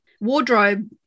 wardrobe